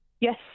yes